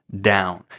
down